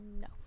No